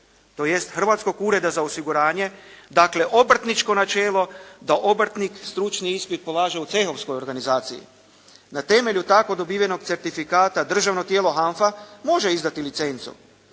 tj. Hrvatskog ureda za osiguranje, dakle obrtničko načelo da obrtnik stručni ispit polaže u cehovskoj organizaciji. Na temelju tako dobivenog certifikata državno tijelo HANF-a može izdati licencu.